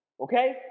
okay